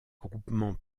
groupements